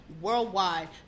worldwide